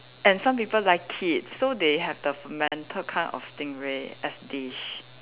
and some people like it so they have the manta kind of stingray as dish